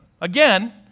again